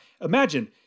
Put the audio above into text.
Imagine